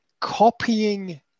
copying